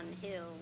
Hill